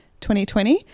2020